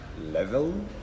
level